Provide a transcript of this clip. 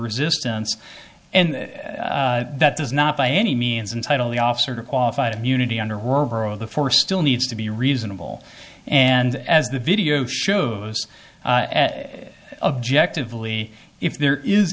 resistance and that does not by any means entitle the officer qualified immunity under the for still needs to be reasonable and as the video shows objective only if there is